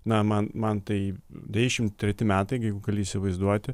na man man tai deyšim treti metai jeigu gali įsivaizduoti